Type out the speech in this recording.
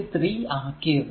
3 ആക്കിയത്